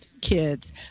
kids